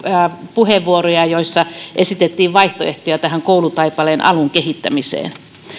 puheenvuoroja joissa esitettiin vaihtoehtoja koulutaipaleen alun kehittämiseen